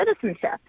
citizenship